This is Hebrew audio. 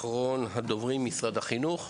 אחרונת הדוברים משרד החינוך.